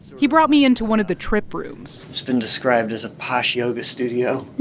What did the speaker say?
he brought me into one of the trip rooms it's been described as a posh yoga studio